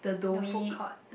the food court